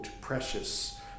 Precious